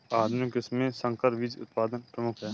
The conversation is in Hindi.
आधुनिक कृषि में संकर बीज उत्पादन प्रमुख है